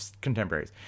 Contemporaries